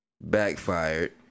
backfired